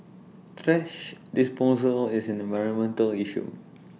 thrash disposal is an environmental issue